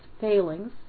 failings